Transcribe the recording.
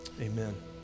Amen